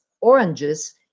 oranges